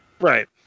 Right